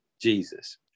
Jesus